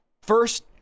first